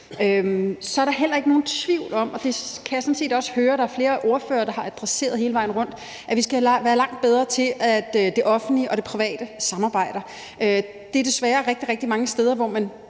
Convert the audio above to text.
Så er der heller ikke nogen tvivl om, og det kan jeg sådan set også høre at der er flere ordførere der har adresseret hele vejen rundt, at vi skal være langt bedre til, at det offentlige og det private samarbejder. Der er desværre rigtig, rigtig mange steder, hvor det